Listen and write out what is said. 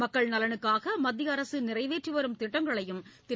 மக்கள் நலனுக்காக மத்திய அரசு நிறைவேற்றிவரும் திட்டங்களையும் திரு